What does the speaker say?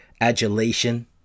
adulation